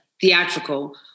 theatrical